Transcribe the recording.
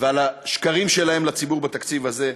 ועל השקרים שלהם לציבור בתקציב הזה,